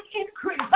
increase